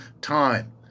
time